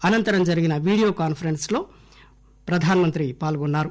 అనంతరం జరిగిన video conference లో ఆయన పాల్గొన్నారు